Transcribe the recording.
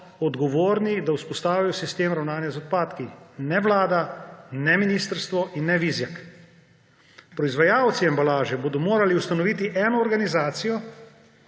odgovorni, da vzpostavijo sistem ravnanja z odpadki. Ne vlada, ne ministrstvo in ne Vizjak. Proizvajalci embalaže bodo morali ustanoviti eno organizacijo,